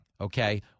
okay